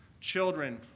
Children